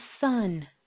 sun